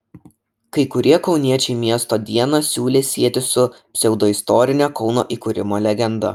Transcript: kai kurie kauniečiai miesto dieną siūlė sieti su pseudoistorine kauno įkūrimo legenda